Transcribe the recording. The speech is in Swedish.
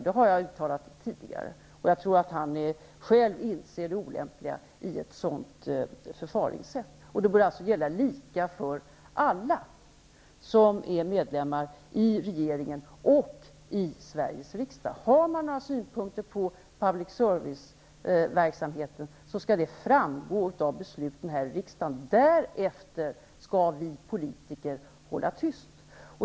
Det har jag uttalat mig om tidigare, och jag tror att han själv inser det olämpliga i sitt förfaringssätt. Det bör alltså gälla lika villkor för alla som är medlemmar i regeringen eller ledamöter av Sveriges riksdag. Har man några synpunkter på public service-verksamheten, skall de framföras när vi har att fatta beslut här i riksdagen. Därefter skall vi politiker hålla tyst.